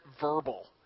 verbal